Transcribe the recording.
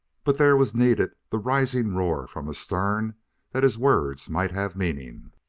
but there was needed the rising roar from astern that his words might have meaning